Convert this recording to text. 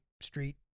street